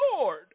Lord